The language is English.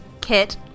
Kit